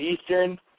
Eastern